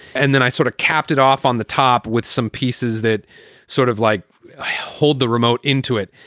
and then i sort of capped it off on the top with some pieces that sort of like hold the remote into it.